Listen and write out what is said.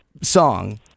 song